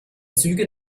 züge